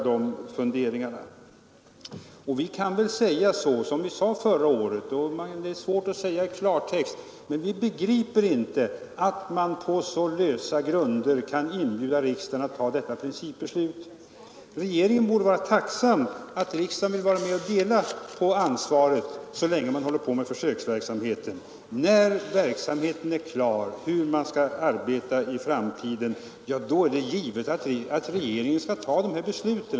Vi kan väl säga på samma sätt som vi gjorde förra året. Det är svårt att här tala i klartext, men vi begriper inte att man på så lösa grunder som det nu gäller kan inbjuda riksdagen att fatta ett långsiktigt principbeslut. Regeringen borde vara tacksam för att riksdagen vill vara med och dela på ansvaret så länge försöksverksamheten bedrivs. När man är på det klara med hur verksamheten skall bedrivas och hur man skall arbeta i framtiden, är det givet att regeringen skall ta dessa beslut.